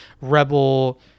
rebel